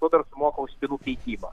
nu dar sumoka už spynų keitimą